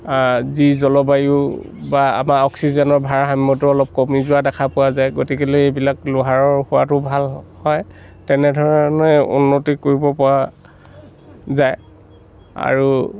যি জলবায়ু বা আমাৰ অক্সিজেনৰ ভাৰসাম্যটো অলপ কমি যোৱা দেখা পোৱা যায় গতিকে এইবিলাক লোহাৰৰ হোৱাটো ভাল হয় তেনেধৰণে উন্নতি কৰিব পৰা যায় আৰু